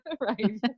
right